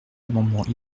amendements